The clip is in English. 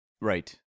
right